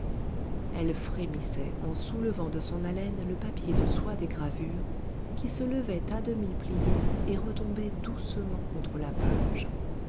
elle frémissait en soulevant de son haleine le papier de soie des gravures qui se levait à demi plié et retombait doucement contre la page